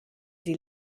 sie